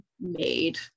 made